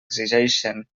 exigeixen